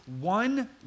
one